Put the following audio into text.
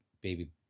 Baby